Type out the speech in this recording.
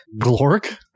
Glork